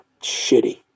shitty